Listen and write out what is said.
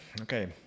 Okay